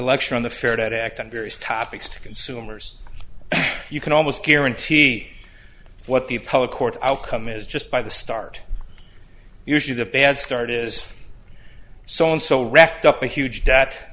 lecture on the fair debt act on various topics to consumers you can almost guarantee what the public court outcome is just by the start usually the bad start is so on so racked up a huge debt